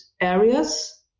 areas